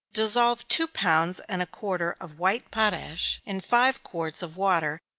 dissolve two pounds and a quarter of white potash in five quarts of water,